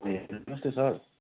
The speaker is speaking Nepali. ए नमस्ते सर